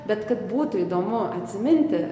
bet kad būtų įdomu atsiminti